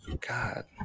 god